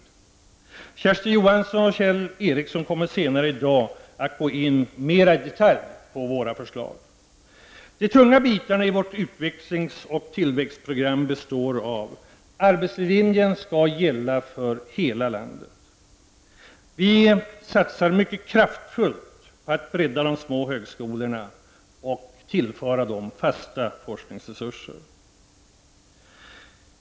Kersti Johansson och Kjell Ericsson kommer senare i dag att gå in mer i detalj på våra förslag. De tunga bitarna i vårt utvecklingsoch tillväxtprogram består av: Vi vill satsa mycket kraftfullt på att bredda de små högskolorna. Vi vill att de tillförs fasta forskningsresurser.